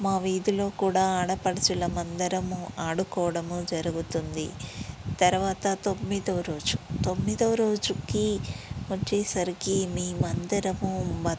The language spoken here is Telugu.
మా వీధిలో కూడా ఆడపడుచులం అందరమూ ఆడుకోవడము జరుగుతుంది తర్వాత తొమ్మిదవ రోజు తొమ్మిదవ రోజుకి వచ్చేసరికి మేము అందరం మ